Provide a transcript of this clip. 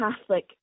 Catholic